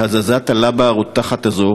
להזזת הלבה הרותחת הזאת,